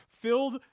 filled